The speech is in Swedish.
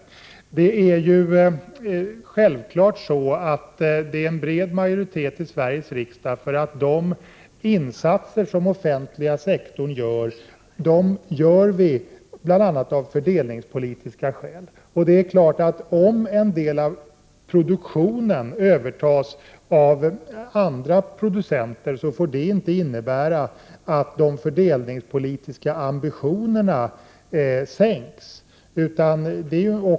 Det är självklart att det finns en bred majoritet i Sveriges riksdag för att de insatser som görs inom den offentliga sektorn görs av fördelningspolitiska skäl. Det är klart att om en del av produktionen övertas av andra producenter får det inte innebära att de fördelningspolitiska ambitionerna sänks.